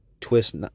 twist